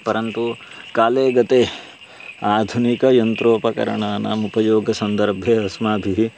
परन्तु काले गते आधुनिकं यन्त्रोपकरणानाम् उपयोग सन्दर्भे अस्माभिः